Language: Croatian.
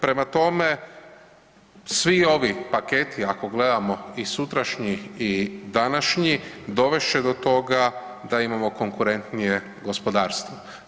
Prema tome, svi ovi paketi ako gledamo i sutrašnji i današnji dovest će do toga da imamo konkurentnije gospodarstvo.